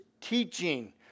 teaching